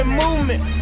movement